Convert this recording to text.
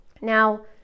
now